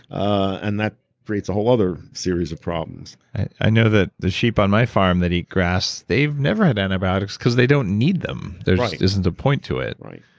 and that creates a whole other series of problems i know that the sheep on my farm that eat grass, they've never had antibiotics because they don't need them. there isn't a point to it right.